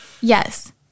Yes